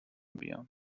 بیام